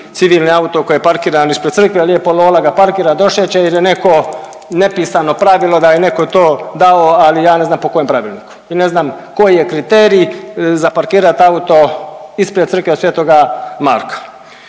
civilni auto koji je parkiran ispred crkve, lijepo lola ga parkira, došeće il je neko nepisano pravilo da je neko to dao, ali ja ne znam po kojem pravilniku i ne znam koji je kriterij za parkirat auto ispred Crkve sv. Marka.